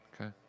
Okay